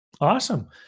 Awesome